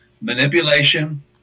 manipulation